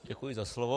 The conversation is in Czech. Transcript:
Děkuji za slovo.